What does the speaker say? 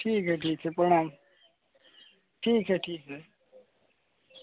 ठीक है ठीक है प्रणाम ठीक है ठीक है